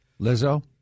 Lizzo